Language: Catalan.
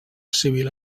civil